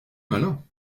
malin